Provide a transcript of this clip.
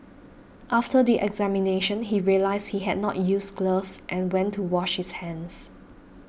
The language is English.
after the examination he realised he had not used gloves and went to wash his hands